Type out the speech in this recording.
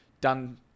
done